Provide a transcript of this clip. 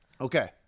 Okay